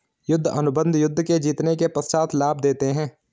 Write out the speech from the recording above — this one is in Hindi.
युद्ध अनुबंध युद्ध के जीतने के पश्चात लाभ देते हैं